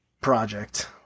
project